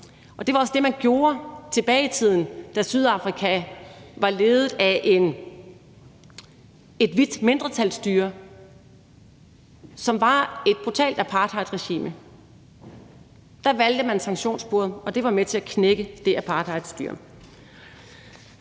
Det var også det, man gjorde tilbage i tiden, da Sydafrika var ledet af et hvidt mindretalsstyre, som var et brutalt apartheidregime. Der valgte man sanktionssporet, og det var med til at knække det apartheidstyre.